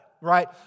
right